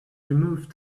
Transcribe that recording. removed